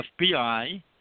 FBI